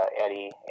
Eddie